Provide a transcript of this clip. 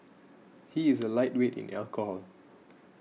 he is a lightweight in alcohol